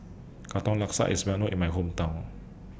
Katong Laksa IS Well known in My Hometown